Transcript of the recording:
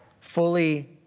fully